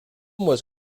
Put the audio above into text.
was